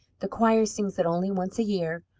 the choir sings it only once a year,